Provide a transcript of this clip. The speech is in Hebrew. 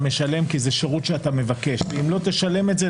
משלם כי זה שרות שאתה מבקש אם לא תשלם את זה,